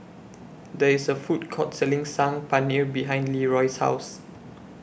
There IS A Food Court Selling Saag Paneer behind Leeroy's House